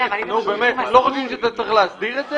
אתם לא חושבים שצריך להסדיר את זה?